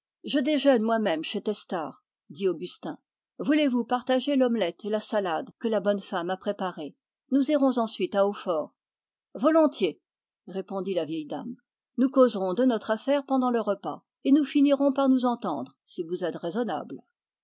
je déjeune moi-même chez testard dit augustin voulez-vous partager l'omelette et la salade que la bonne femme a préparées nous irons ensuite à hautfort volontiers répondit la vieille dame nous causerons de notre affaire pendant le repas et nous finirons par nous entendre si vous êtes raisonnable